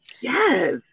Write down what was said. Yes